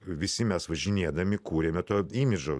visi mes važinėdami kūrėme to imidžo